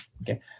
Okay